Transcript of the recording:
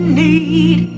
need